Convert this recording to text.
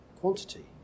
quantity